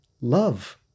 love